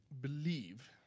believe